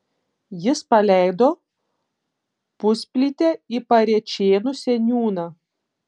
jis paleido pusplytę į parėčėnų seniūną